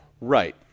Right